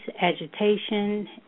agitation